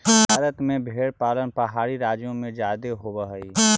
भारत में भेंड़ पालन पहाड़ी राज्यों में जादे होब हई